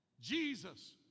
Jesus